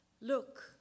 Look